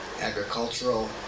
agricultural